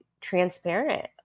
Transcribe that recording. transparent